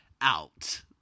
out